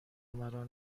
مرا